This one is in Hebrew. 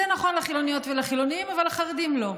זה נכון לחילוניות ולחילונים, אבל לחרדים לא.